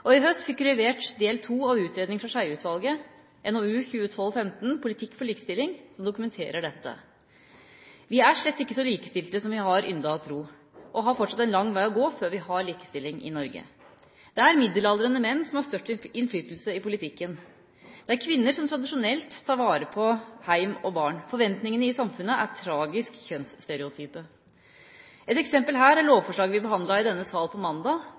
og i høst fikk vi levert del to av utredningen fra Skjeie-utvalget, NOU 2012: 15, Politikk for likestilling, som dokumenterer dette. Vi er slett ikke så likestilte som vi har yndet å tro, og vi har fortsatt en lang vei å gå før vi har likestilling i Norge. Det er middelaldrende menn som har størst innflytelse i politikken. Det er kvinner som tradisjonelt tar vare på hjem og barn. Forventningene i samfunnet er tragisk kjønnsstereotype. Et eksempel her er lovforslaget vi behandlet i denne salen på mandag,